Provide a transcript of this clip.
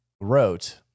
wrote